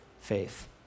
faith